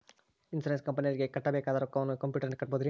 Insurance ಕಂಪನಿಯವರಿಗೆ ಕಟ್ಟಬೇಕಾದ ರೊಕ್ಕವನ್ನು ಕಂಪ್ಯೂಟರನಲ್ಲಿ ಕಟ್ಟಬಹುದ್ರಿ?